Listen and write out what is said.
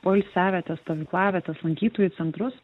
poilsiavietes stovyklavietes lankytojų centrus